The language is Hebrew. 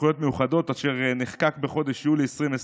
אשר נחקק בחודש יולי 2020,